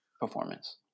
performance